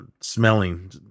smelling